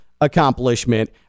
accomplishment